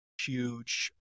huge